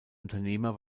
unternehmer